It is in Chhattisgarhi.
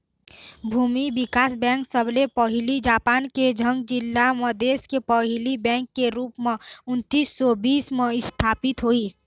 भूमि बिकास बेंक सबले पहिली पंजाब के झंग जिला म देस के पहिली बेंक के रुप म उन्नीस सौ बीस म इस्थापित होइस